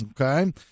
Okay